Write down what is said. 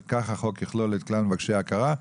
וכך החוק יכלול את כלל מבקשי ההכרה.